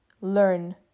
learn